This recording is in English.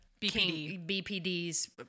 BPD's